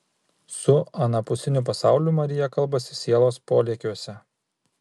su anapusiniu pasauliu marija kalbasi sielos polėkiuose